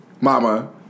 Mama